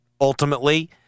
ultimately